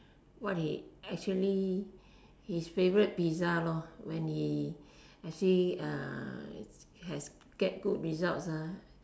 what he actually his favourite pizza lor when he actually have get good result